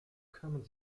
kamen